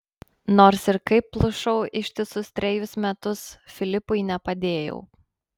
nors ir kaip plušau ištisus trejus metus filipui nepadėjau